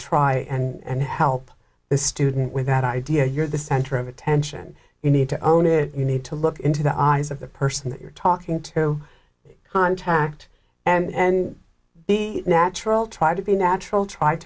try and help the student with that idea you're the center of attention you need to own it you need to look into the eyes of the person that you're talking to contact and be natural try to be natural tr